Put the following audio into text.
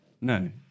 No